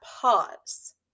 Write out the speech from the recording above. pause